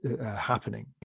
happening